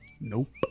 Nope